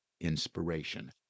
inspiration